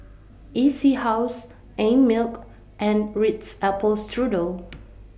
E C House Einmilk and Ritz Apple Strudel